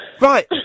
Right